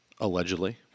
Allegedly